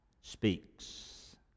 speaks